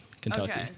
Kentucky